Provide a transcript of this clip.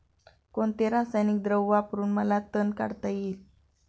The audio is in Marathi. कोणते रासायनिक द्रव वापरून मला तण काढता येईल?